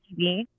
tv